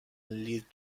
lead